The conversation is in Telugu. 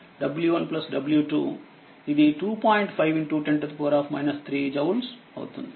5 10 3 జౌల్స్ అవుతుంది